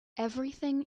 everything